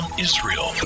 Israel